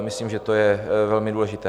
Myslím, že to je velmi důležité.